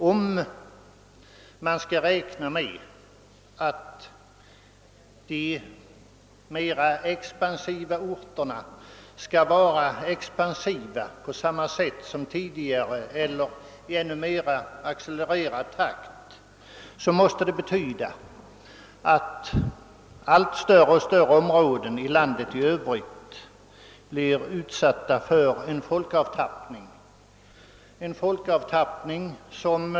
Om man skall räkna med att de mer expansiva orterna skall fortsätta att växa på samma sätt som tidigare eller i ännu mer accelererad takt måste det innebära att allt större områden i landet i övrigt blir utsatta för en folkav tappning.